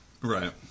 Right